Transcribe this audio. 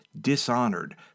dishonored